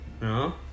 No